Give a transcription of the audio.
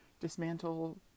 dismantle